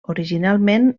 originalment